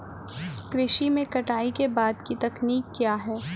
कृषि में कटाई के बाद की तकनीक क्या है?